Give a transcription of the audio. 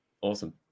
Awesome